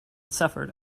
suffered